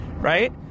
right